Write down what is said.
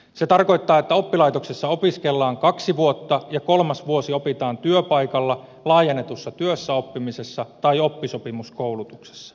se tarkoittaa että oppilaitoksessa opiskellaan kaksi vuotta ja kolmas vuosi opitaan työpaikalla laajennetussa työssäoppimisessa tai oppisopimuskoulutuksessa